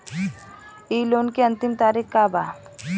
इ लोन के अन्तिम तारीख का बा?